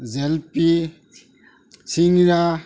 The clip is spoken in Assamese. জেলপী চিংৰা